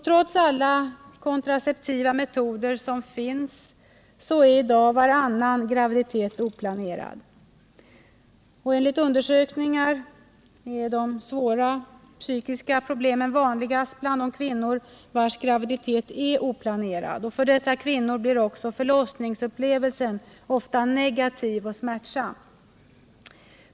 Trots alla kontraceptiva metoder som finns är i dag varannan graviditet oplanerad. Enligt undersökningar är de svåra psykiska problemen vanligast bland de kvinnor vilkas graviditet är oplanerad. För dessa kvinnor blir också förlossningsupplevelsen ofta negativ och smärtsam.